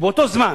ובאותו זמן